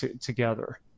together